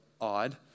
odd